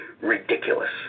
ridiculous